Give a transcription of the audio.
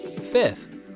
Fifth